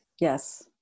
Yes